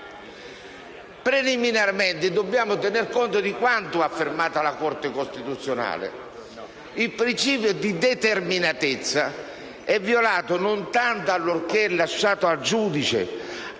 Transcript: Preliminarmente occorre tener conto di quanto affermato dalla Corte costituzionale «Il principio di determinatezza è violato non tanto allorché è lasciato ampio